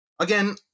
Again